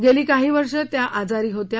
गेली काही वर्ष त्या आजारी होत्या